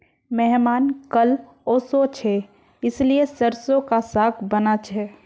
मेहमान कल ओशो छे इसीलिए सरसों का साग बाना छे